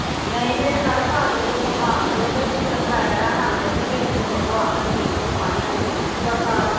नेईं इ'यै हर साल तुस आखदे हो तुस जिसलै कराया लैन आंदे ते फिर तुस आखदे कि नेईं जी पानी असें देना पूरा साल